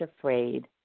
Afraid